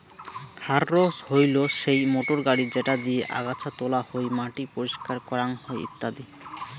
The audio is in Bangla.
হাররো হইলো সেই মোটর গাড়ি যেটা দিয়ে আগাছা তোলা হই, মাটি পরিষ্কার করাং হই ইত্যাদি